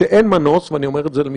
אבל הסגר,